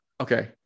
Okay